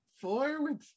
four